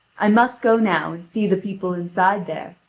i must go now and see the people inside there,